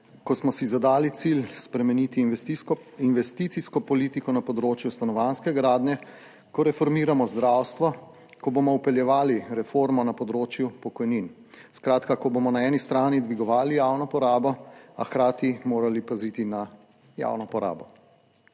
ko smo si zadali cilj spremeniti in investicijsko politiko na področju stanovanjske gradnje, ko reformiramo zdravstvo, ko bomo vpeljevali reformo na področju pokojnin, skratka ko bomo na eni strani dvigovali javno porabo, a hkrati morali paziti na javno porabo.